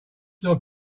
log